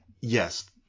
Yes